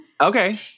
Okay